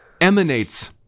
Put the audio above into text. emanates